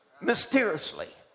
mysteriously